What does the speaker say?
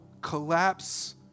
collapse